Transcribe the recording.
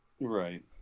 Right